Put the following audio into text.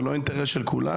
זה לא אינטרס של כולנו?